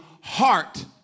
heart